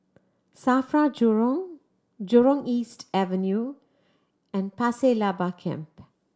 SAFRA Jurong Jurong East Avenue and Pasir Laba Camp